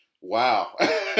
Wow